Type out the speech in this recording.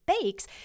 bakes